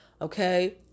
Okay